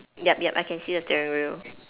yup yup I can see the steering wheel